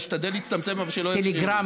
אני אשתדל להצטמצם, אבל שלא יפריעו לי.